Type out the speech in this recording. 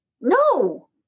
no